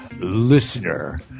listener